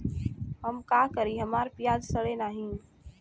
हम का करी हमार प्याज सड़ें नाही?